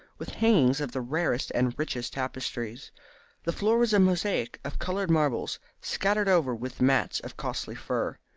with hangings of the rarest and richest tapestry. the floor was a mosaic of coloured marbles, scattered over with mats of costly fur.